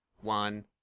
one